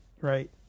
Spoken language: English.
right